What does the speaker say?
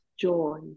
joy